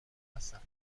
هستم